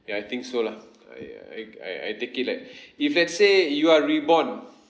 ya I think so lah I I I I take it like if let's say you are reborn